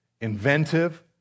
inventive